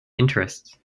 interests